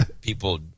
people